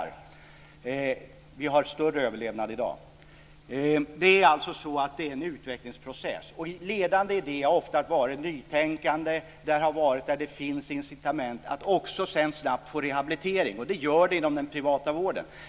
Och vi har större överlevnad i dag. Det är alltså en utvecklingsprocess. Ledande idé har ofta varit nytänkande. Det har varit där som det finns incitament att sedan också snabbt få rehabilitering. Det gör det inom den privata vården.